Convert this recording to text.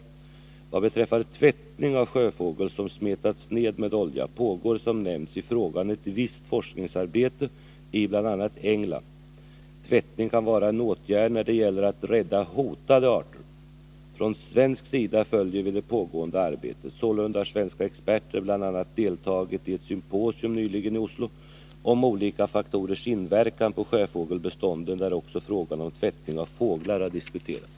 Vad beträffar tvättning av sjöfågel som smetats ned med olja pågår som nämnts i frågan ett visst forskningsarbete i bl.a. England. Tvättning kan vara en åtgärd när det gäller att rädda hotade arter. Från svensk sida följer vi det pågående arbetet. Sålunda har svenska experter bl.a. deltagit i ett symposium nyligen i Oslo om olika faktorers inverkan på sjöfågelbestånden, där också frågan om tvättning av fåglar diskuterades.